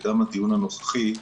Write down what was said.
וגם הדיון הנוכחי,